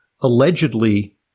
allegedly